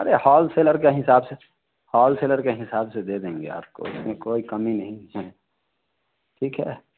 अरे हॉलसेलर के हिसाब से हॉलसेलर के हिसाब से दे देंगे आपको उसमें कोई कमी नही है ठीक है